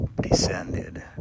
descended